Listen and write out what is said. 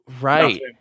right